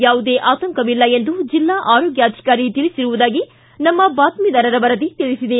ಯಾವುದೇ ಆತಂಕವಿಲ್ಲ ಎಂದು ಜಿಲ್ಲಾ ಆರೋಗ್ವಾಧಿಕಾರಿ ತಿಳಿಸಿರುವುದಾಗಿ ನಮ್ನ ಬಾತ್ತಿದಾರರ ವರದಿ ತಿಳಿಸಿದೆ